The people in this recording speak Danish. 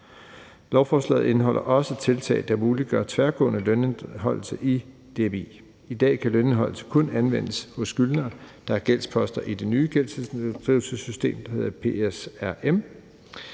Lovforslaget indeholder også tiltag, der muliggør tværgående lønindeholdelse i DMI. I dag kan lønindeholdelse kun anvendes hos skyldnere, der har gældsposter i det nye gældsinddrivelsessystem, der hedder PSRM.